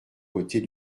côtés